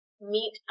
meet